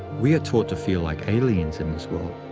we are taught to feel like aliens in this world,